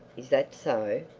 is that so?